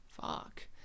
Fuck